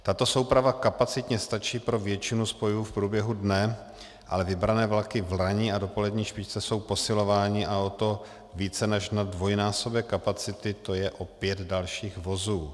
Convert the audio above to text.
Tato souprava kapacitně stačí pro většinu spojů v průběhu dne, ale vybrané vlaky v ranní a dopolední špičce jsou posilovány, a to více než na dvojnásobek kapacity, to je o pět dalších vozů.